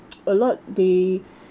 a lot they